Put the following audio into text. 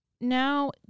now